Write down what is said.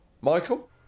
Michael